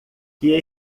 que